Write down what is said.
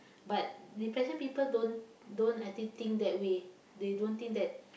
but depression people don't don't I think think that way they don't think that